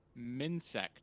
Minsect